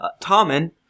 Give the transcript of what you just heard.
Tommen